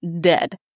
dead